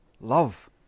Love